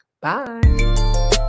Bye